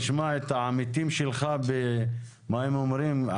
נשמע את העמיתים שלך ואת מה שהם אומרים,